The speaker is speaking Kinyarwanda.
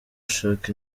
ashaka